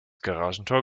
garagentor